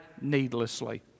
needlessly